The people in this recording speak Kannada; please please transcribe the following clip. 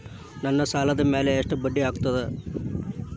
ನನ್ನ ಸಾಲದ್ ಮ್ಯಾಲೆ ಎಷ್ಟ ಬಡ್ಡಿ ಆಗ್ತದ?